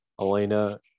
Elena